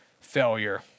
failure